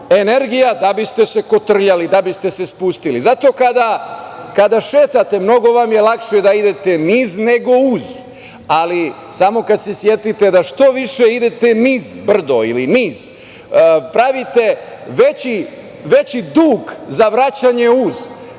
energija da biste se kotrljali, da biste se spustili. Zato kada šetate mnogo vam je lakše da idete niz nego uz, ali samo kad se setite da što viši idete niz brdo ili niz, pravite veći dug za vraćanje uz.